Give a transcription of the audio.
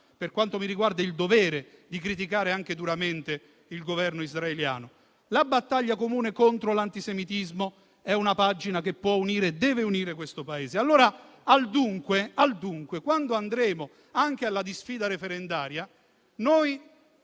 per quanto mi riguarda, è un dovere - di criticare anche duramente il Governo israeliano. La battaglia contro l'antisemitismo è una pagina che può e deve unire questo Paese. Allora, veniamo al dunque: quando andremo anche alla disfida referendaria, noi